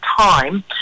time